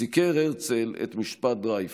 סיקר את משפט דרייפוס.